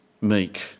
meek